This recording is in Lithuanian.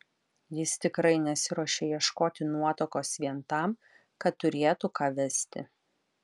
jis tikrai nesiruošė ieškoti nuotakos vien tam kad turėtų ką vesti